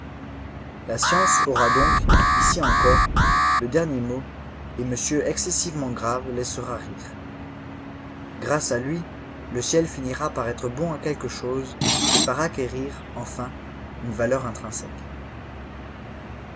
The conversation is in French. la science aura donc ici encore le dernier mot et m excessivement grave laissera rire grâce à lui le ciel finira par être bon à quelque chose et par acquérir enfin une valeur intrinsèque